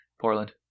Portland